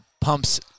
pumps